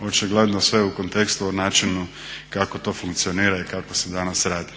očigledno sve u kontekstu o načinu kako to funkcionira i kako se danas radi.